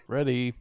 Ready